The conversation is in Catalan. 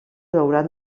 hauran